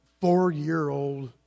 four-year-old